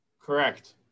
Correct